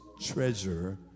treasure